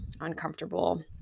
uncomfortable